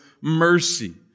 mercy